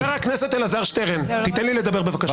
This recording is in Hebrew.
חבר הכנסת אלעזר שטרן, תן לי לדבר, בבקשה.